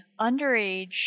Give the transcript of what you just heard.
underage